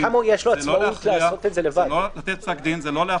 זה לא לתת פסק דין.